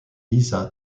lisa